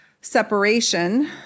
separation